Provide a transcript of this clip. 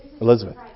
Elizabeth